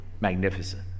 Magnificent